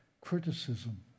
criticism